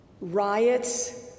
riots